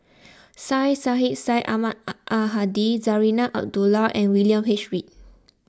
Syed Sheikh Syed Ahmad Al Hadi Zarinah Abdullah and William H Read